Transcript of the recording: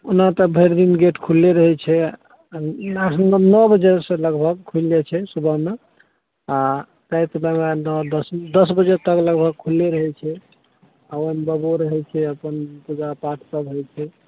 ओना तऽ भइर दिन गेट खुलले रहै छै नौ बजेसँ लगभग खुइल जाइ छै सुबहमे आ राइत मे नओ दस दस बजे तक लगभग खुलले रहै छै आ ओइमे बबो रहै छै अपन पूजा पाठ सब होइ छै